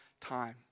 time